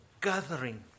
gathering